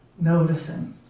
noticing